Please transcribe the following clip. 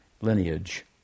lineage